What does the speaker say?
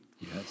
Yes